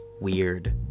weird